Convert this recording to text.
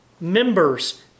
members